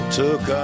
took